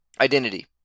identity